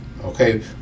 Okay